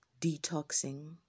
Detoxing